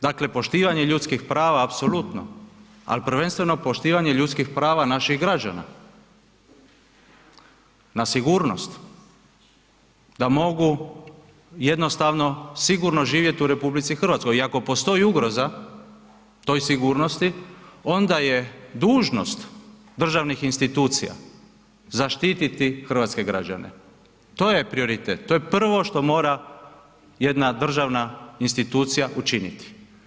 Dakle, poštivanje ljudskih prava apsolutno, ali prvenstveno poštivanje ljudskih prava naših građana na sigurnost da mogu jednostavno sigurno živjeti u RH i ako postoji ugroza toj sigurnosti onda je dužnost državnih institucija zaštititi hrvatske građane, to joj je prioritet, to je prvo što mora jedna državna institucija učiniti.